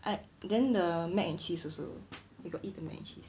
I then the mac and cheese also you got eat the mac and cheese